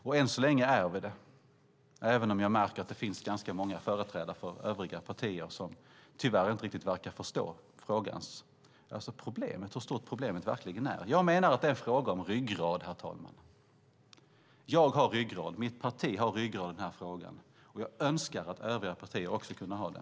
Och än så länge är vi det, även om jag märker att det finns ganska många företrädare för övriga partier som tyvärr inte riktigt verkar förstå hur stort problemet verkligen är. Jag menar att det är en fråga om ryggrad, herr talman. Jag och mitt parti har ryggrad i den här frågan, och jag önskar att också övriga partier ska kunna ha det.